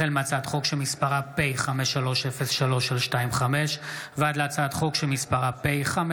החל בהצעת חוק פ/5303/25 וכלה בהצעת חוק פ/5323/25: